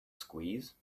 squeeze